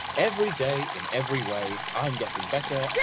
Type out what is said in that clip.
every day, in every way, i'm getting better yeah